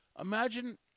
Imagine